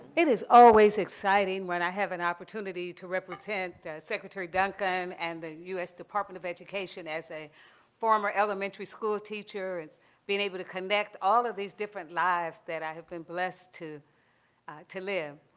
it is always exciting when i have an opportunity to represent secretary duncan and the u s. department of education as a former elementary school teacher, it's being able to connect all of these different lives that i have been blessed to to live.